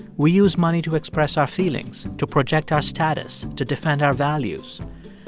we use money to express our feelings, to project our status, to defend our values.